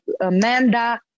Amanda